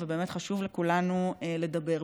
ובאמת חשוב לכולנו לדבר.